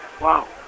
wow